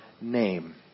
name